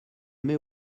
mets